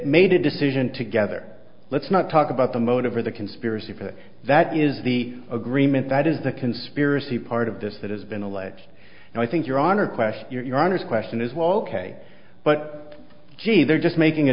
made a decision together let's not talk about the motive or the conspiracy for that is the agreement that is the conspiracy part of this that has been alleged and i think your honor question your honour's question is well ok but gee they're just making a